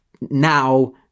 now